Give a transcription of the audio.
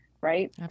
right